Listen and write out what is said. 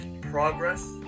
progress